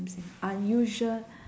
unusual